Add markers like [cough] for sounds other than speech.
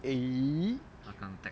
[noise]